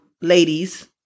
ladies